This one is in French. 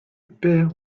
père